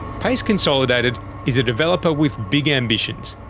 payce consolidated is a developer with big ambitions.